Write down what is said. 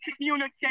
communicate